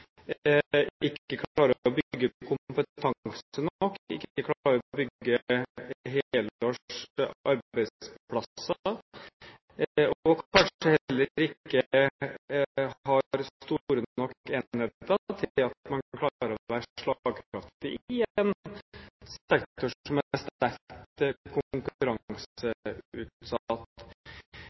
klarer ikke å bygge kompetanse nok, man klarer ikke å bygge helårs arbeidsplasser, og kanskje har man heller ikke store nok enheter til å klare å være slagkraftig i en sektor som er sterkt konkurranseutsatt.